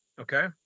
Okay